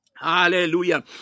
Hallelujah